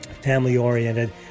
family-oriented